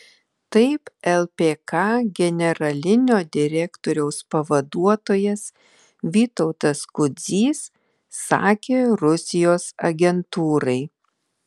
taip lpk generalinio direktoriaus pavaduotojas vytautas kudzys sakė rusijos agentūrai